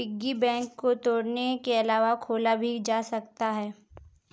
piggy bank को तोड़ने के अलावा खोला भी जा सकता है